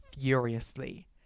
furiously